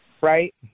right